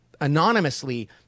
anonymously